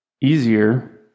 easier